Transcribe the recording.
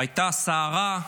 הייתה סערה,